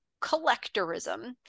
collectorism